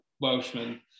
Welshman